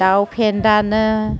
दाउ फेन्दानो